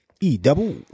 E-Double